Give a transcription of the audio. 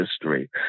history